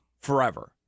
forever